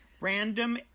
Random